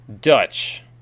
Dutch